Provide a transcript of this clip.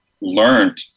learned